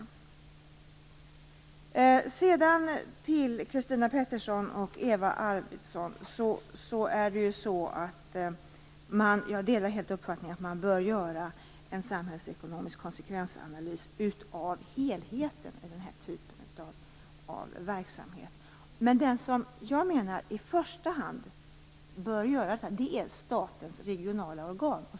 Jag delar helt Christina Petterssons och Eva Arvidssons uppfattning att man bör göra en samhällsekonomisk konsekvensanalys av helheten av den här typen av verksamhet. Men den som jag menar i första hand bör göra det är statens regionala organ.